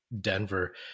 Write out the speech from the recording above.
Denver